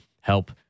help